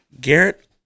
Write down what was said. Garrett